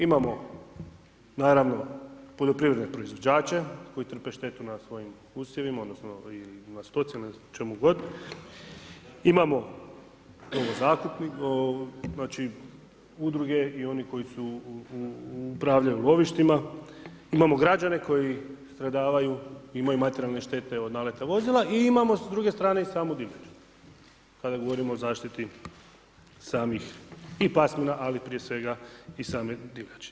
Imamo, naravno poljoprivredne proizvođače koji trpe štetu na svojim usjevima odnosno i na stoci ili ne znam o čemu god, imamo udruge i oni koji upravljaju lovištima, imamo građane koji stradavaju, imaju materijalne štete od naleta vozila i imamo s druge strane i samu divljač kada govorimo o zaštiti samih i pasmina, ali prije svega i same divljači.